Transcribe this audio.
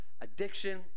Addiction